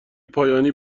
پایانی